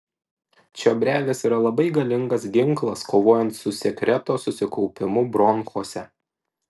čiobrelis yra labai galingas ginklas kovojant su sekreto susikaupimu bronchuose